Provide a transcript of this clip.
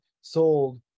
sold